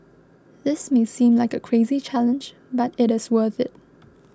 this may seem like a crazy challenge but it is worth it